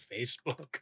Facebook